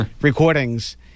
recordings